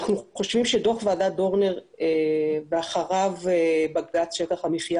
אנחנו חושבים שדוח ועדת דורנר ואחריו בג"צ שטח המחיה